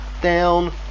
down